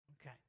Okay